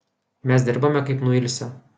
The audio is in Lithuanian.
mes dirbame kaip nuilsę